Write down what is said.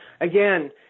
Again